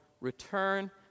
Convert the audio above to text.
return